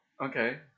Okay